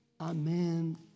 Amen